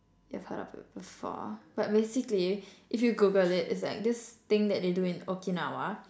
you've heard of it before but basically if you Google it it's like this thing that they do in Okinawa